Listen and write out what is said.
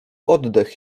oddech